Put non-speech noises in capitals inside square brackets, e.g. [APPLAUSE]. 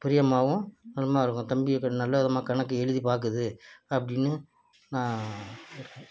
பிரியமாகவும் [UNINTELLIGIBLE] தம்பி இப்போ நல்ல விதமாக கணக்கு எழுதி பார்க்குது அப்படின்னு நான் இருக்கேன்